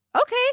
okay